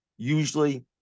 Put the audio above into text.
usually